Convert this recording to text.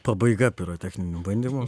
pabaiga pirotechninių bandymų